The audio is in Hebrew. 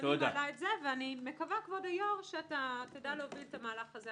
אני מקווה, כבוד היו"ר, שתדע להוביל את המהלך הזה.